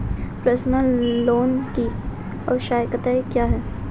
Personal loan की आवश्यकताएं क्या हैं?